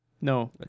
No